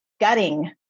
gutting